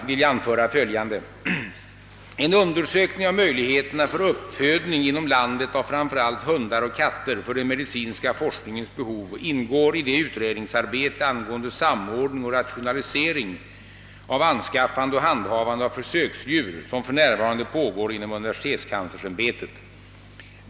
En undersökning av möjligheterna för uppfödning inom landet av framför allt hundar och katter för den medicinska forskningens behov ingår i det utredningsarbete angående samordning och rationalisering av anskaffande och handhavande av försöksdjur, som f.n. pågår inom universitetskanslersämbetet.